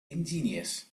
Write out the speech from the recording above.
ingenious